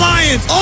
Lions